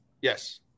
Yes